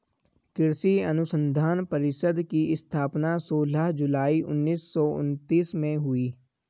कृषि अनुसंधान परिषद की स्थापना सोलह जुलाई उन्नीस सौ उनत्तीस में हुई